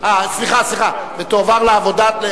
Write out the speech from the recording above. סייג להיטל על עובד זר),